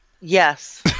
Yes